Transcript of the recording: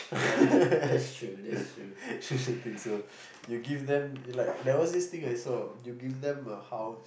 you should think so you give them like there was once this thing I saw you give them a house